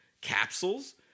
capsules